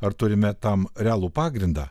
ar turime tam realų pagrindą